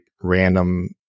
random